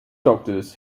doctors